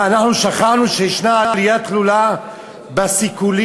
אנחנו שכחנו שיש עלייה תלולה בסיכולים